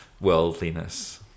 worldliness